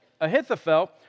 Ahithophel